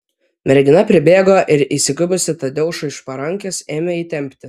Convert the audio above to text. mergina pribėgo ir įsikibusi tadeušui už parankės ėmė jį tempti